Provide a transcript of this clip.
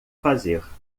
fazer